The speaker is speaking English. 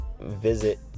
visit